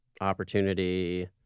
opportunity